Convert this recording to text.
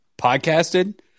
podcasted